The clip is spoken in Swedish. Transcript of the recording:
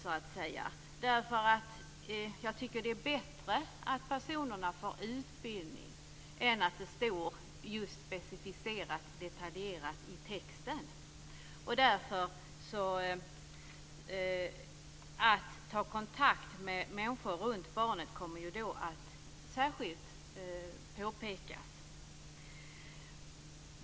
Jag tycker att det är viktigare att dessa personer får utbildning än att det står om det specificerat och detaljerat i texten. Vikten av att ta kontakt med människor runt barnet kommer då att särskilt påpekas.